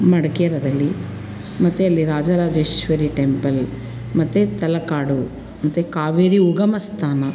ಮಡಿಕೇರದಲ್ಲಿ ಮತ್ತು ಅಲ್ಲಿ ರಾಜರಾಜೇಶ್ವರಿ ಟೆಂಪಲ್ ಮತ್ತು ತಲಕಾಡು ಮತ್ತು ಕಾವೇರಿ ಉಗಮಸ್ಥಾನ